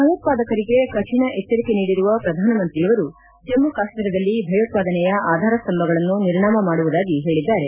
ಭಯೋತ್ವಾದಕರಿಗೆ ಕಠಣ ಎಚ್ಚರಿಕೆ ನೀಡಿರುವ ಪ್ರಧಾನಮಂತ್ರಿಯವರು ಜಮ್ನು ಕಾಶ್ಮೀರದಲ್ಲಿ ಭಯೋತ್ವಾದನೆಯ ಆಧಾರಸ್ತಂಭಗಳನ್ನು ನಿರ್ಣಾಮ ಮಾಡುವುದಾಗಿ ಹೇಳಿದ್ದಾರೆ